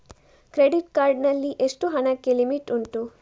Credit card ನಲ್ಲಿ ಎಷ್ಟು ಹಣಕ್ಕೆ ಲಿಮಿಟ್ ಉಂಟು?